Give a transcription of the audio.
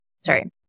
sorry